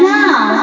now